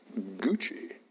Gucci